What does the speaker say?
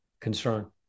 concern